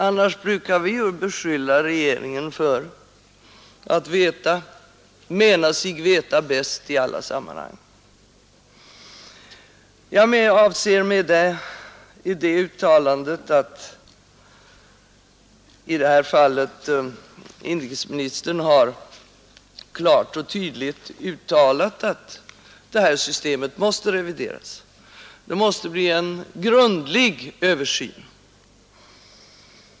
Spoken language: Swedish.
Annars brukar vi ju beskylla regeringen för att mena sig veta bäst i alla sammanhang. Jag avser med detta att inrikesministern klart och tydligt har uttalat att det här systemet måste revideras, att det måste bli en grundlig översyn.